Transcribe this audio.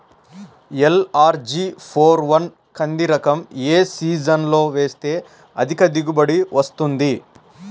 LRG four one కంది రకం ఏ సీజన్లో వేస్తె అధిక దిగుబడి వస్తుంది?